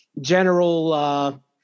general